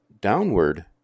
downward